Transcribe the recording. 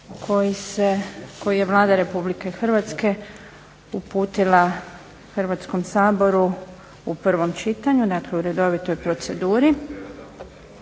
koji je Vlada Republike Hrvatske uputila Hrvatskom saboru u prvom čitanju, dakle u redovitoj proceduri.